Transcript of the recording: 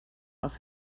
off